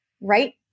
right